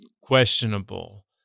questionable